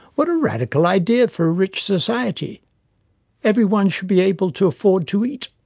what a radical idea for a rich society everyone should be able to afford to eat.